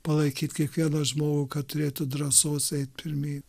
palaikyt kiekvieną žmogų kad turėtų drąsos eit pirmyn